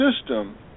system